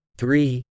three